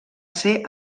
ser